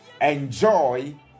enjoy